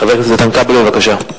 חבר הכנסת איתן כבל, בבקשה.